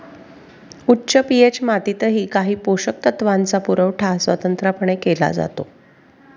उच्च पी.एच मातीतही काही पोषक तत्वांचा पुरवठा स्वतंत्रपणे केला जातो